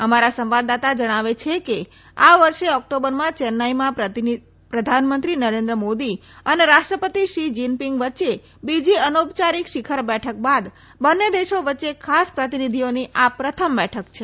અમારા સંવાદદાતા જણાવે છે કે આ વર્ષે ઓકટોબરમાં ચેન્નાઇમાં પ્રધાનમંત્રી મોદી અને રાષ્ટ્રપતિ શી જીનપીંગ વચ્ચે બીજી અનૌપચારિક શિખર બેઠક બાદ બંને દેશો વચ્ચે ખાસ પ્રતિનિધિઓની આ પ્રથમ બેઠક છે